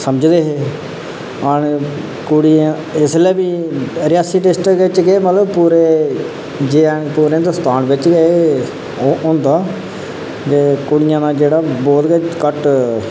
समझदे हे कुड़ियां इसलै बी रियासी डिस्ट्रिक्ट बिच केह् पूरे हिंदोस्तान बिच गै ओह् होंदा ते कुड़ियें दा जेह्का बहुत गै घट्ट